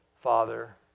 Father